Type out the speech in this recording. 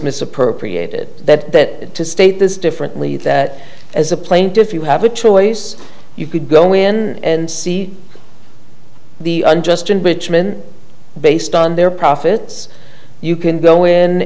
misappropriated that to state this differently that as a plaintiff you have a choice you could go in and see the unjust enrichment based on their profits you can go